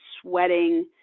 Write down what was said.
sweating